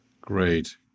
Great